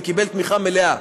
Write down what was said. וקיבל תמיכה מלאה.